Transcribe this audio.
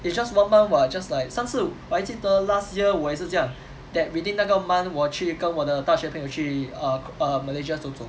it's just one month [what] just like 上次我还记得 last year 我也是这样 that within 那个 month 我去跟我的大学朋友去 err err malaysia 走走